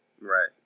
Right